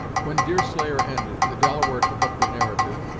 when deerslayer ended, the delaware took up the narrative,